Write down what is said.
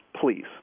please